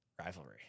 rivalry